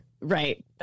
right